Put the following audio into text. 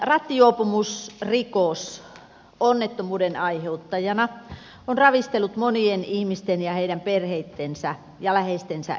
rattijuopumusrikos onnettomuuden aiheuttajana on ravistellut monien ihmisten ja heidän perheittensä ja läheistensä elämää